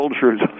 soldiers